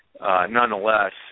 Nonetheless